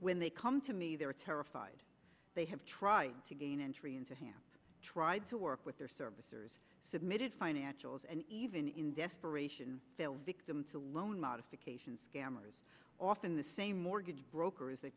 when they come to me they are terrified they have tried to gain entry into have tried to work with their servicers submitted financials and even in desperation fail victim to loan modification scammers often the same mortgage brokers th